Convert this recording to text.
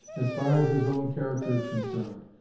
as far as his own character is concerned.